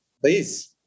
please